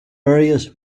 areas